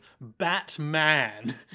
Batman